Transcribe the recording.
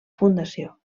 fundació